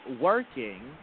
working